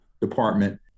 department